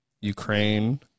Ukraine